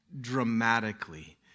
dramatically